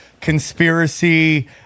conspiracy